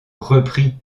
repris